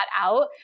out